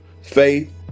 faith